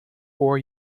four